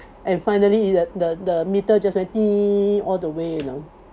and finally he the the meter just like all the way you know